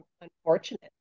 unfortunate